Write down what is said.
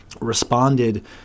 responded